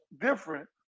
different